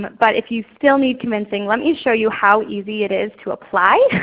but but if you still need convincing let me show you how easy it is to apply.